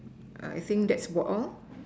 I think that's about all